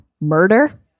murder